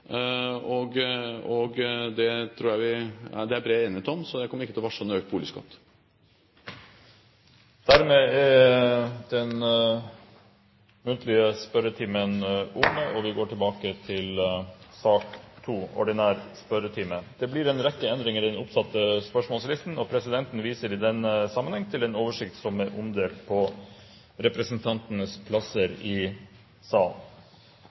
bred enighet om. Så jeg kommer ikke til å varsle noen økt boligskatt. Dermed er den muntlige spørretimen omme. Det blir en rekke endringer i den oppsatte spørsmålslisten, og presidenten viser i den sammenheng til den oversikten som er omdelt på representantenes plasser i salen.